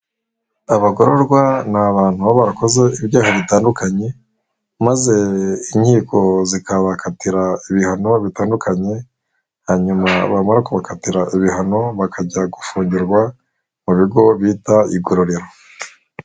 Abagororwa ni abantu baba bakoze ibyaha bitandukanye, maze inkiko zikabakatira ibihano bitandukanye, hanyuma bamara kubakatira ibihano bakajya gufungirwa mu bigo bita igororero.